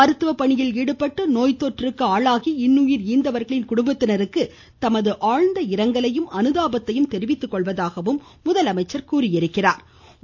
மருத்துவ பணியில் ஈடுபட்டு நோய் தொற்றுக்கு ஆளாகி இன்னுயிர் ஈந்தவர்களின் குடும்பத்தினருக்கு தமது ஆழ்ந்த இரங்கலையும் அனுதாபத்தையும் கூறிக்கொள்வதாக முதலமைசச்ர் தெரிவித்தார்